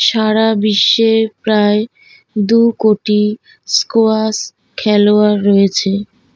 সারা বিশ্বে প্রায় দু কোটি স্কোয়াশ খেলোয়াড় রয়েছে